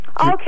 Okay